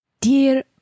Dear